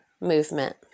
movement